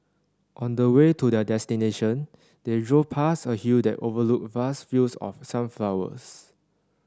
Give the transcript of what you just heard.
on the way to their destination they drove past a hill that overlooked vast fields of sunflowers